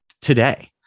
today